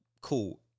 cool